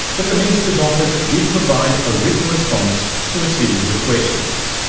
but the minister's office did provide a written response to a series of questions.